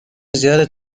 زیاد